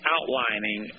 Outlining